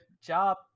job